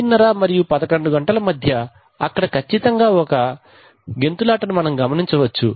30 మరియు పదకొండు గంటల మధ్య అక్కడ కచ్చితంగా ఒక గెంతులాట గమనించవచ్చు